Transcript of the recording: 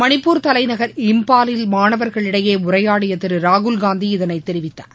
மணிப்பூர் தலைநகர் இம்பாலில் மாணவர்களிடையே உரையாடிய திரு ராகுல்காந்தி இதை தெரிவித்தார்